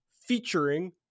featuring